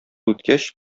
үткәч